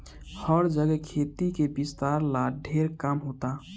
हर जगे खेती के विस्तार ला ढेर काम होता